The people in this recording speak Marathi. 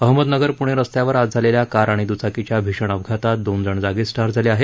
अहमदनगर प्णे रस्त्यावर आज झालेल्या कार आणि द्चाकीच्या भीषण अपघातात दोन जण जागीच ठार झाले आहेत